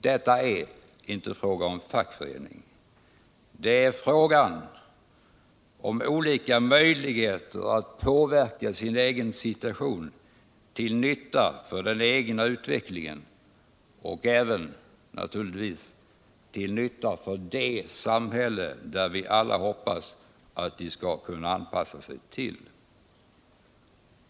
Detta är inte en fackföreningsfråga, utan det är en fråga om olika möjligheter att påverka sin egen situation, till nytta för den egna utvecklingen och även, naturligtvis, till nytta för det samhälle som vi alla hoppas att de skall kunna anpassa sig till.